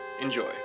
Enjoy